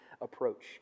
approach